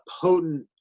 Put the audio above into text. potent